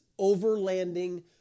overlanding